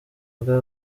bwa